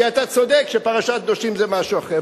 כי אתה צודק שפרשת קדושים זה משהו אחר.